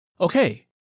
okay